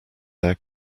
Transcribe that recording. their